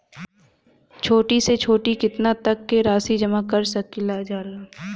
छोटी से छोटी कितना तक के राशि जमा कर सकीलाजा?